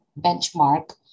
benchmark